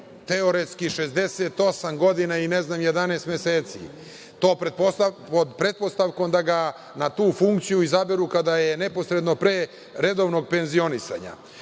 teoretski 68 godina i, ne znam, 11 meseci, i to pod pretpostavkom da ga na tu funkciju izaberu neposredno pre redovnog penzionisanja.O